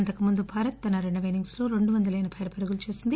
అంతకు ముందు భారత్ తన రెండో ఇన్నింగ్సో రెండు వందల ఎనబై ఆరు పరుగులు చేసింది